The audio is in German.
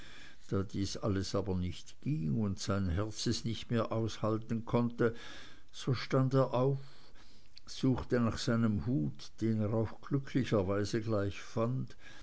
da dies alles aber nicht ging und sein herz es nicht mehr aushalten konnte so stand er auf suchte nach seinem hut den er auch glücklicherweise gleich fand